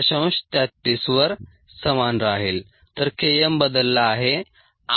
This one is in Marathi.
33 वर समान राहील तर K m बदलला आहे